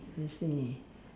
I see